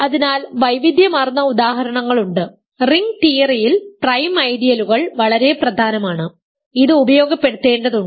അതിനാൽ വൈവിധ്യമാർന്ന ഉദാഹരണങ്ങളുണ്ട് റിംഗ് തിയറിയിൽ പ്രൈം ഐഡിയലുകൾ വളരെ പ്രധാനമാണ് ഇത് ഉപയോഗപ്പെടുത്തേണ്ടതുണ്ട്